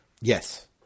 Yes